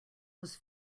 was